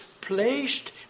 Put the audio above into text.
placed